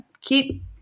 keep